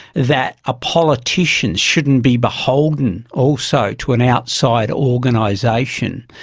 that a politician shouldn't be beholden also to an outside organisation,